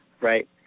right